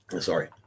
sorry